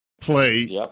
play